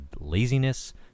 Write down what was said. laziness